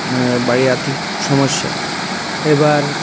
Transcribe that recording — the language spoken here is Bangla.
বাড়ির আর্থিক সমস্যা এবার